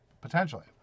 potentially